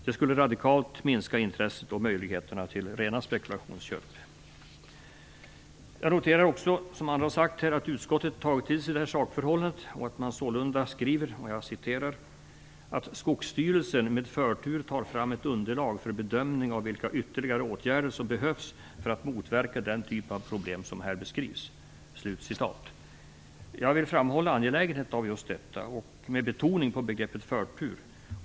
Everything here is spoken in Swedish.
Det skulle radikalt minska intresset för och möjligheterna till rena spekulationsköp. Jag noterar också, som andra har sagt här, att utskottet tagit till sig detta sakförhållande och att man sålunda skriver: "att Skogsstyrelsen --- med förtur tar fram ett underlag för bedömning av vilka ytterligare åtgärder som behövs för att motverka den typ av problem som beskrivs." Jag vill framhålla angelägenheten av just detta med betoning på begreppet förtur.